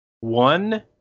one